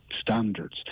standards